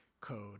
code